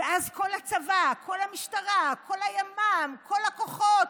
ואז כל הצבא, כל המשטרה, כל הימ"מ, כל הכוחות,